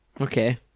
Okay